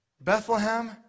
Bethlehem